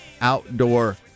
outdoor